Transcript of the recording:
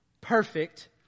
perfect